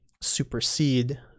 supersede